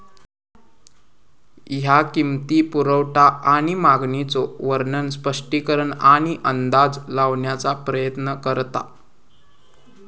ह्या किंमती, पुरवठा आणि मागणीचो वर्णन, स्पष्टीकरण आणि अंदाज लावण्याचा प्रयत्न करता